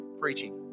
preaching